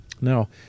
now